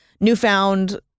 newfound